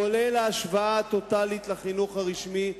לרבות ההשוואה הטוטלית לחינוך הרשמי,